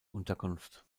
unterkunft